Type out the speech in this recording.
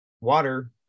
water